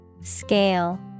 Scale